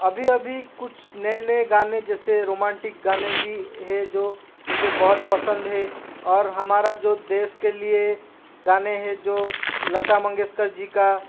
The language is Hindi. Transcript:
अभी अभी कुछ नए नए गाने जैसे रोमांटिक गाने भी है जो मुझे बहुत पसंद है और हमारा जो देश के लिए गाने हैं जो लता मंगेशकर जी का